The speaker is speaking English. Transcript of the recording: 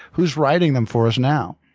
who's writing them for us now?